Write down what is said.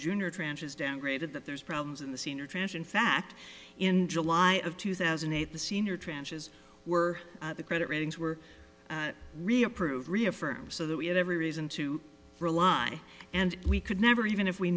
junior tranche is downgraded that there's problems in the senior tranche in fact in july of two thousand and eight the senior tranches were the credit ratings were reapproved reaffirm so that we had every reason to rely and we could never even if we